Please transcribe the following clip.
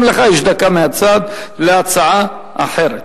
גם לך יש דקה מהצד להצעה אחרת.